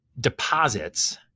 deposits